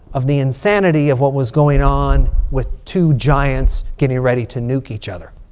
of the insanity of what was going on with two giants getting ready to nuke each other.